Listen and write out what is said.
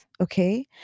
Okay